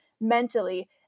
mentally